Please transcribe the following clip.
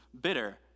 bitter